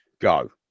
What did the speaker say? go